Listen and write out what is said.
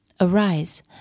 Arise